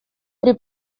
при